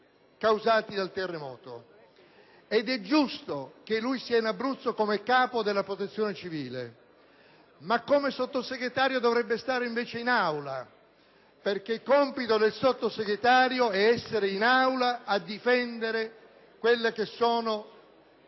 causati dal terremoto. È giusto che sia in Abruzzo come Capo della Protezione civile, ma come Sottosegretario dovrebbe stare invece in Aula, perché compito del sottosegretario è essere presente in questa sede